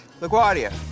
laguardia